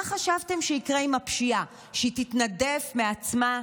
מה חשבתם שיקרה עם הפשיעה, שהיא תתנדף מעצמה?